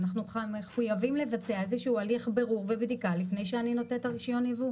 אנחנו מחויבים לבצע הליך בירור ובדיקה לפני שאני נותנת רישיון יבוא